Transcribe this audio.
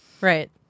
right